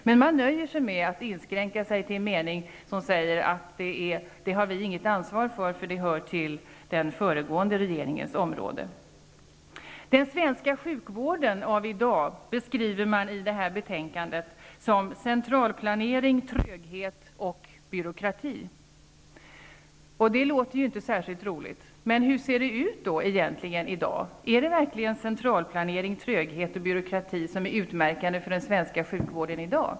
Men man nöjer sig med att säga att det har vi inget ansvar för, det är den föregående regeringens område. Den svenska sjukvården av i dag beskrivs i detta betänkande som centralplanering, tröghet och byråkrati. Det låter inte särskilt roligt, men hur ser det ut i dag? Är verkligen detta utmärkande för den svenska sjukvården i dag?